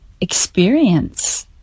experience